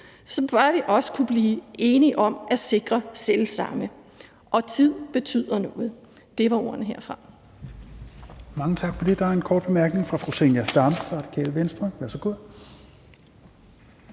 så bør vi også kunne blive enige om at sikre selv samme, og tid betyder noget. Det var ordene herfra.